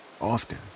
Often